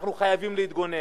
אנחנו חייבים להתגונן.